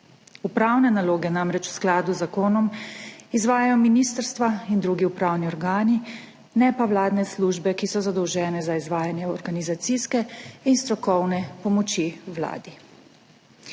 Upravne naloge namreč v skladu z zakonom izvajajo ministrstva in drugi upravni organi, ne pa vladne službe, ki so zadolžene za izvajanje organizacijske in strokovne pomoči Vladi.